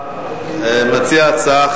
מס' 4571. מציע ההצעה,